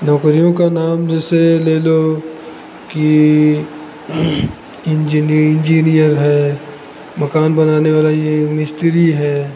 नौकरियों का नाम जैसे ले लो कि इंजीनी इंजीनियर है मकान बनाने वाला यह मिस्त्री है